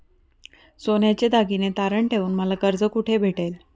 सोन्याचे दागिने तारण ठेवून मला कर्ज कुठे भेटेल?